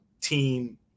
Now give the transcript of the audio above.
team